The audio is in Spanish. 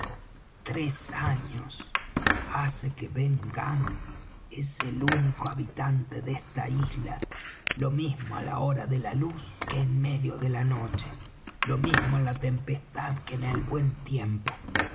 tres años hace que ben gunn es el único habitante de esta isla lo mismo á la hora de la luz que en medio de la noche lo mismo en la tempestad que en el buen tiempo